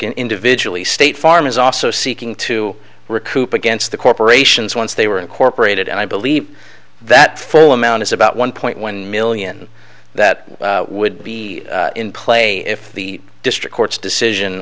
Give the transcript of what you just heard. in individually state farm is also seeking to recoup against the corporations once they were incorporated and i believe that full amount is about one point when million that would be in play if the district court's decision